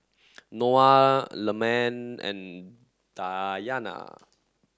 Noah Leman and Dayana